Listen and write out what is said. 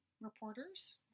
reporters